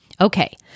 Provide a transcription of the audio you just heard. Okay